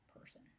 person